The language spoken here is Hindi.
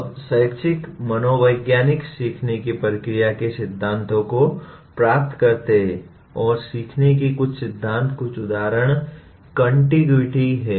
अब शैक्षिक मनोवैज्ञानिक सीखने की प्रक्रिया के सिद्धांतों को प्राप्त करते हैं और सीखने के कुछ सिद्धांत कुछ उदाहरण कंटिगुइटी हैं